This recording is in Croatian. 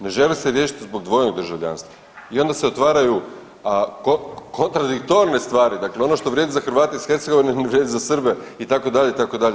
Ne želi se riješiti zbog dvojnog državljanstva i onda se otvaraju kontradiktorne stvari, dakle ono što vrijedi za Hrvate iz Hercegovine, ne vrijedi za Srbe itd., itd.